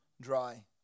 dry